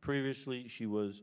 previously she was